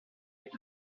est